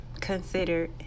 Consider